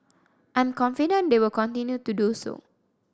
I'm confident they will continue to do so